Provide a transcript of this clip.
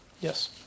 Yes